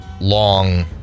long